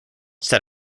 set